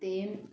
ਅਤੇ